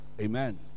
Amen